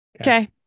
okay